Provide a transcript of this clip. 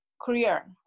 career